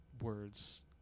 words